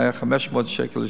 זה היה 500 שקל לשנה,